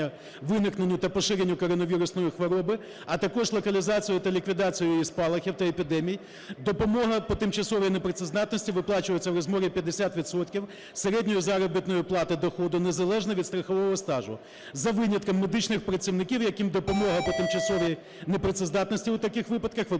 допомога по тимчасовій непрацездатності виплачується в розмірі 50 відсотків середньої заробітної плати (доходу) незалежно від страхового стажу за винятком медичних працівників, яким допомога по тимчасовій непрацездатності у таких випадках виплачується